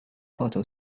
photo